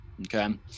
okay